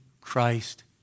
Christ